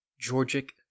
Georgic